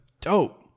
dope